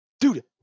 Dude